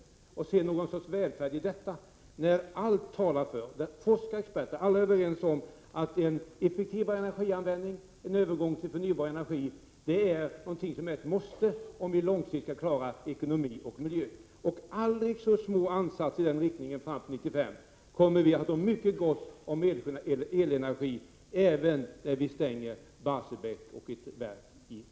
Jag har svårt att se någon sorts välfärd i detta. Allt talar för — forskare och experter är överens om detta — att en effektivare energianvändning och övergång till förnybar energi är ett måste om vi långsiktigt skall klara ekonomi och miljö. Aldrig så små ansatser i denna inriktning fram till 1995 kommer att ge oss mycket gott om elenergi även när vi stänger Barsebäcksverket och ett verk i Ringhals.